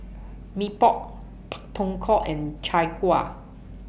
Mee Pok Pak Thong Ko and Chai Kueh